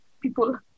people